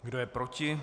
Kdo je proti?